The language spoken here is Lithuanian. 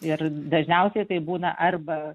ir dažniausiai tai būna arba